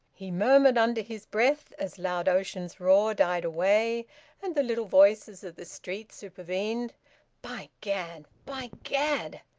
he murmured under his breath, as loud ocean's roar died away and the little voices of the street supervened by gad! by gad!